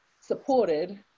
supported